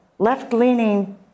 left-leaning